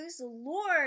Lord